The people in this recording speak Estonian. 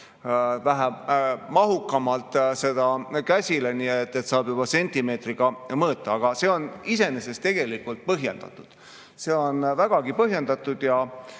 vähe mahukamalt see käsile, nii et saab juba sentimeetriga mõõta. Aga see on tegelikult põhjendatud. See on vägagi põhjendatud.